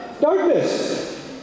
darkness